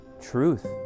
truth